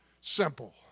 simple